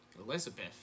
Elizabeth